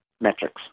metrics